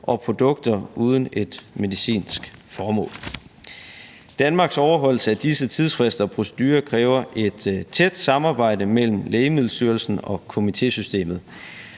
og produkter uden et medicinsk formål. Kl. 22:08 Danmarks overholdelse af disse tidsfrister og procedurer kræver et tæt samarbejde mellem Lægemiddelstyrelsen og komitésystemet,